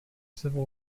civil